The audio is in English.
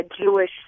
Jewish